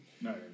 No